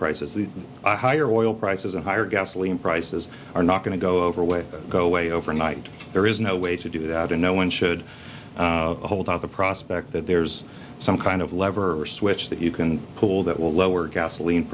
prices the higher oil prices and higher gasoline prices are not going to go over way go away overnight there is no way to do that and no one should hold out the prospect that there's some kind of lever or switch that you can pull that will lower gasoline